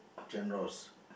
genres